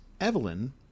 Evelyn